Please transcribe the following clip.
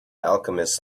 alchemist